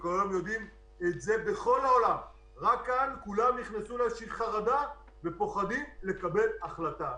רק שכאן כולם נכנסו לאיזו שהיא חרדה ופוחדים לקבל החלטה.